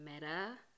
matter